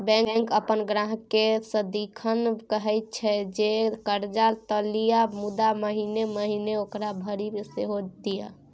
bank अपन ग्राहककेँ सदिखन कहैत छै जे कर्जा त लिअ मुदा महिना महिना ओकरा भरि सेहो दिअ